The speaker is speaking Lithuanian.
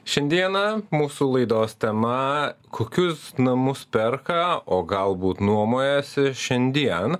šiandieną mūsų laidos tema kokius namus perka o galbūt nuomojasi šiandien